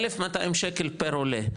1,200 ₪ פר עולה.